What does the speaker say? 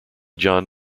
john